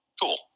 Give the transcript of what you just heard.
Cool